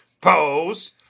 Pose